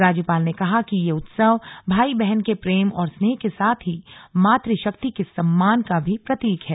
राज्यपाल ने कहा कि यह उत्सव भाई बहन के प्रेम और स्नेह के साथ ही मातृ शक्ति के सम्मान का भी प्रतीक है